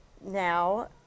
now